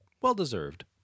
Well-deserved